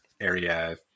area